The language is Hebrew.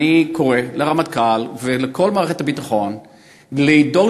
אני קורא לרמטכ"ל ולכל מערכת הביטחון לדאוג